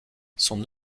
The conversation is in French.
son